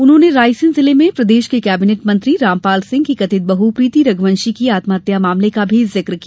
उन्होंने रायसेन जिले में प्रदेश के कैबिनेट मंत्री रामपाल सिंह की बहू प्रीति रघुवंशी की आत्महत्या मामले का भी जिक्र किया